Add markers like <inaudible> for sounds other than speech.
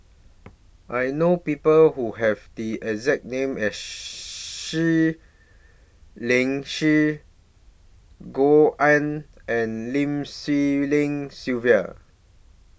<noise> I know People Who Have The exact name <unintelligible> Seah Liang Seah Gao Ning and Lim Swee Lian Sylvia